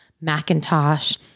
Macintosh